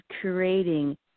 creating